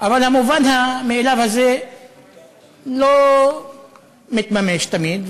אבל המובן מאליו הזה לא מתממש תמיד,